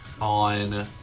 on